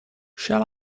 shall